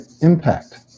impact